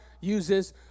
uses